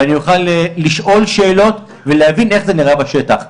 ואני אוכל לשאול שאלות ולהבין איך זה נראה בשטח.